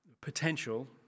potential